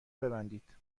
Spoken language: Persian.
ببندید